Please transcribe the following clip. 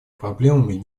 проблемами